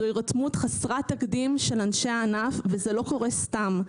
זו הירתמות חסרת תקדים של אנשי הענף וזה לא קורה סתם.